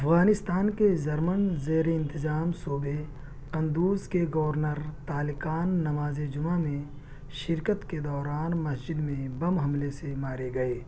افغانستان کے جرمن زیر انتظام صوبے قندوز کے گورنر تالقان نماز جمعہ میں شرکت کے دوران مسجد میں بم حملے سے مارے گئے